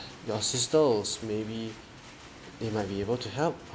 your sisters maybe they might be able to help